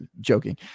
joking